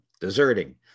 deserting